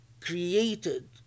created